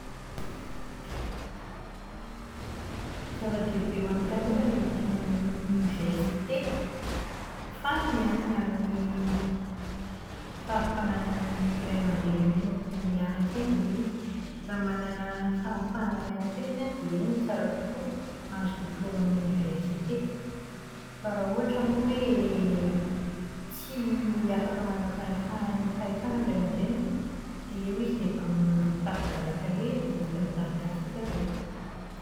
Zava-dehibe ho an'ny tanora ny mianatra eny amin'ny oniversite fa miankina amin'ny fari-pananan'ny ray aman-dreny entiny mianatra eny ilay izy. Raha manana fahafahana mianatra eny izy an, dia eny ny tsara kokoa, mahazo diplaoma eny amin'ny oniversite. Fa raha ohatra moa hoe tsy afaka manana fahafahana ny ray aman-dreniny an, dia eo izy dia efa tapi-dalan-kaleha dia mety mitady asa izy avy eo.